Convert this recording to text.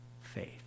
faith